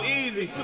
easy